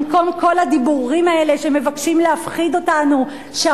במקום כל הדיבורים האלה שמבקשים להפחיד אותנו בהם,